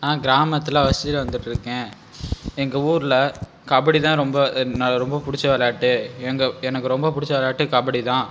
நான் கிராமத்தில் வசிச்சுட்டு வந்துட்டு இருக்கேன் எங்கள் ஊரில் கபடி தான் ரொம்ப ந ரொம்ப பிடிச்ச விளையாட்டு எங்கள் எனக்கு ரொம்ப பிடிச்ச விளையாட்டு கபடி தான்